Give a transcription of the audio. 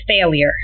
failure